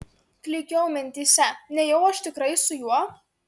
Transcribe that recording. klykiau mintyse nejau aš tikrai su juo